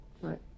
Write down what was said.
Right